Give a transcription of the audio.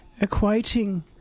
equating